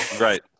Right